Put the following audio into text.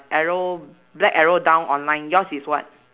arrow black arrow down online yours is what